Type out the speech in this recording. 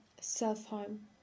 self-harm